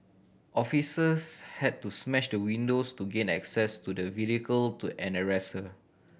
officers had to smash the windows to gain access to the vehicle to arrest her